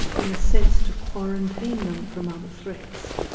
in a sense to quarantine them from other threats.